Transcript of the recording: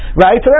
right